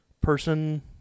person